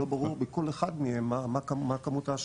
לא ברור בכל אחד מהם מה כמות ההשקעה,